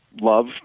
love